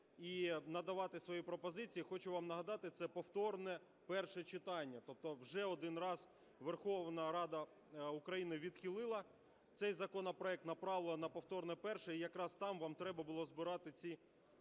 і надавати свої пропозиції, хочу вам нагадати, це повторне перше читання. Тобто вже один раз Верховна Рада України відхилила цей законопроект, направила на повторне перше і якраз там вам треба було збирати ці